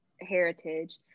heritage